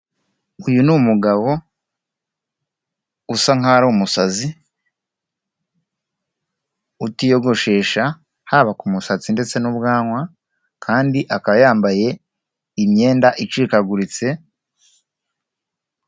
Uyu ni umugabo usa nk'aho ari umusazi, utiyogoshesha haba ku musatsi ndetse n'ubwanwa kandi akaba yambaye imyenda icikaguritse.